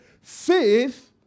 Faith